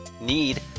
need